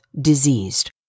diseased